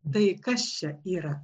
tai kas čia yra